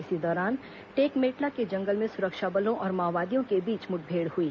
इसी दौरान टेकमेटला के जंगल में सुरक्षा बलों और माओवादियों के बीच मुठभेड़ हुई